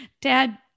Dad